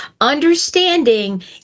understanding